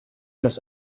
los